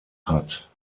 hat